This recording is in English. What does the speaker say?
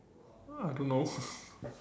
I don't know